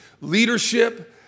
leadership